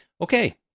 okay